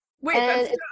Wait